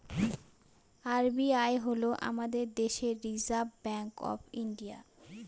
RBI হল আমাদের দেশের রিসার্ভ ব্যাঙ্ক অফ ইন্ডিয়া